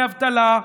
לא דמי אבטלה,